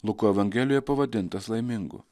luko evangelijoje pavadintas laimingu